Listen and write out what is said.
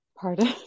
Pardon